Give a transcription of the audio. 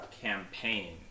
campaign